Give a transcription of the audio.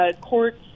courts